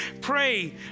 pray